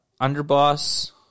underboss